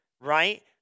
right